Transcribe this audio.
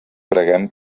preguem